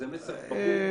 וזה מסר ברור.